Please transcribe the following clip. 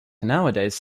nowadays